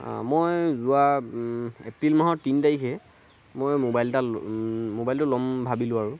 মই যোৱা এপ্ৰিল মাহৰ তিনি তাৰিখে মই ম'বাইল এটা ল'ম ম'বাইলটো ল'ম ভাবিলোঁ আৰু